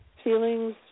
Feelings